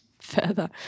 further